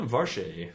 Varshay